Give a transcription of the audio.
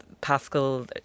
Pascal